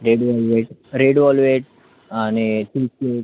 red velvet red velvet आणि cheese cake